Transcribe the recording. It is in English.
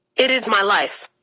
it is my life.